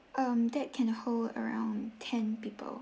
um that can hold around ten people